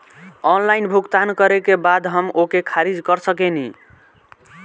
Online भुगतान करे के बाद हम ओके खारिज कर सकेनि?